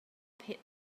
pit